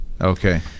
Okay